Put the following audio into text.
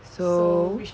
so